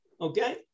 Okay